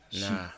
Nah